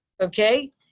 Okay